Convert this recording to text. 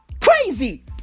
Crazy